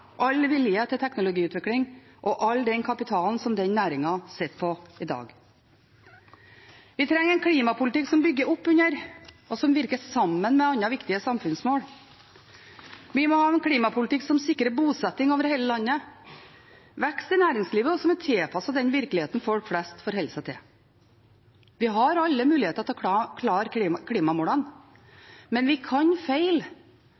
all vilje til teknologiutvikling og all den kapitalen som den næringen sitter på i dag. Vi trenger en klimapolitikk som bygger opp under, og som virker sammen med, andre viktige samfunnsmål. Vi må ha en klimapolitikk som sikrer bosetting over hele landet og vekst i næringslivet, og som er tilpasset den virkeligheten folk flest forholder seg til. Vi har alle muligheter til å klare